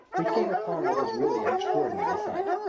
we came upon what was really an extraordinary sight.